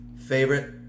Favorite